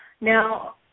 Now